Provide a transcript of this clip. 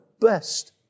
best